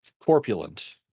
corpulent